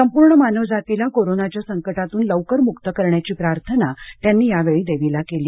संपूर्ण मानव जातीला कोरोनाच्या संकटातून लवकर मुक्त करण्याची प्रार्थना त्यांनी यावेळी देवीला केली